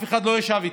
אף אחד לא ישב איתם,